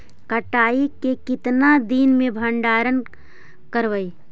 कटाई के कितना दिन मे भंडारन करबय?